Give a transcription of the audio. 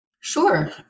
Sure